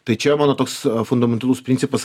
tai čia mano toks fundamentalus principas